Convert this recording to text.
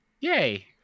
yay